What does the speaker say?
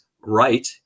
right